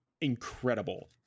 incredible